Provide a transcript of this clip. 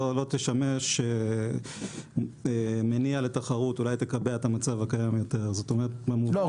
תשמש מניע לתחרות --- זאת אומרת -- לא,